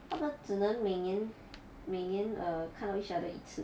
他们只能每年每年 err 看到 each other 一次而已